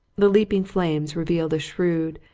the leaping flames revealed a shrewd,